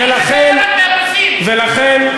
ולכן,